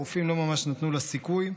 הרופאים לא ממש נתנו לה סיכוי.